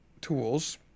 tools